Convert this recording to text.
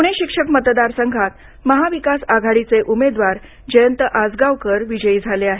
पुणे शिक्षक मतदार संघात महाविकास आघाडीचे उमेदवार जयंत आसगांवकर विजयी झाले आहेत